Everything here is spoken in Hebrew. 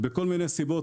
בכל מיני סיבות.